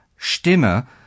stimme